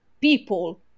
people